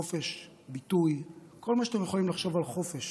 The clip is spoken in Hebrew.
חופש ביטוי, כל מה שאתם יכולים לחשוב על חופש.